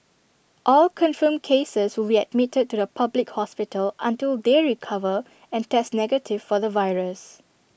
all confirmed cases will be admitted to A public hospital until they recover and test negative for the virus